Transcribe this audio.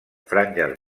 franges